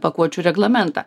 pakuočių reglamentą